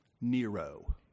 Nero